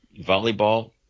volleyball